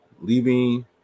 leaving